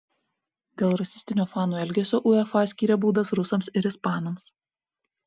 dėl rasistinio fanų elgesio uefa skyrė baudas rusams ir ispanams